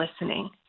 listening